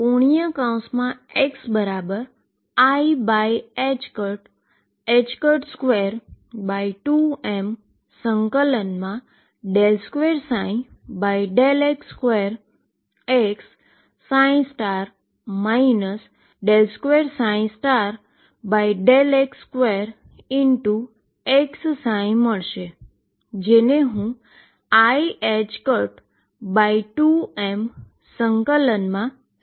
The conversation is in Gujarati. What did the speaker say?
જેને હુ iℏ2m∫ તરીકે લખી શકુ છુ